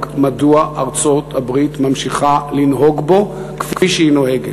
מדוע ארצות-הברית ממשיכה לנהוג בו כפי שהיא נוהגת.